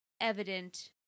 evident